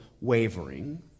wavering